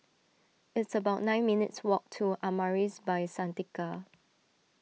it's about nine minutes' walk to Amaris By Santika